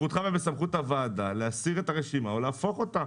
בסמכותך ובסמכות הוועדה להסיר את הרשימה או להפוך אותה.